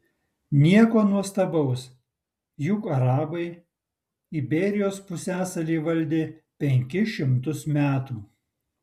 nieko nuostabaus juk arabai iberijos pusiasalį valdė penkis šimtus metų